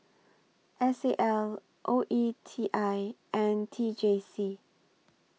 S A L O E T I and T J C